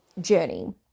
journey